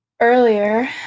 Earlier